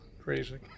crazy